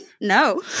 No